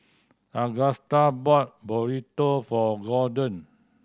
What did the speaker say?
Agusta bought Burrito for Golden